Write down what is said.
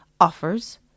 offers